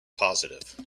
positive